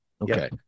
Okay